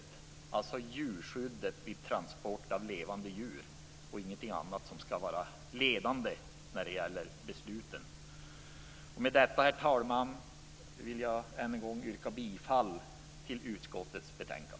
Det är alltså djurskyddet vid transport av levande djur, och ingenting annat, som skall vara det ledande när besluten fattas. Med detta, herr talman, yrkar jag än en gång bifall till utskottets hemställan.